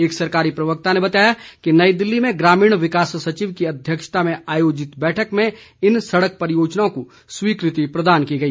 एक सरकारी प्रवक्ता ने बताया कि नई दिल्ली में ग्रामीण विकास सचिव की अध्यक्षता में आयोजित बैठक में इन सड़क परियोजनाओं को स्वीकृति प्रदान की गई